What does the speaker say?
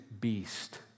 beast